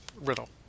Riddle